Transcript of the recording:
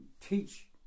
teach